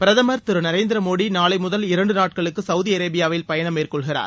பிரதமர் திரு நரேந்திரமோடி நாளை முதல் இரண்டு நாட்களுக்கு சவுதி அரேபியாவில் பயணம் மேற்கொள்கிறார்